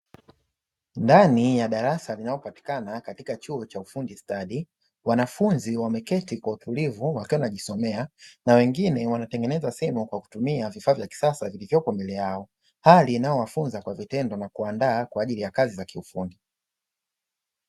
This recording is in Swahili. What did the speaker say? Ndani ya darasa linalopatikana katika chuo cha ufundi stadi, wanafunzi wameketi kwa utulivu wakiwa wanajisomea na wengine wanatengeneza simu kwa kutumia vifaa vya kisasa vilivyopo mbele yao. Hali inayowafunza kwa vitendo na kuwaandaa kwa ajili ya kazi za kiufundi.